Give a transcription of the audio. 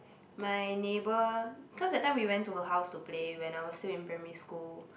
my neighbor cause that time we went to her house to play when I was still in primary school